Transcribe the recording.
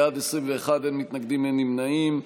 אם כן, בעד, 21, אין מתנגדים, אין נמנעים.